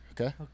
okay